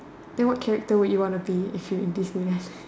then what character would you want to be if you were in Disneyland